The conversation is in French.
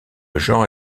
genre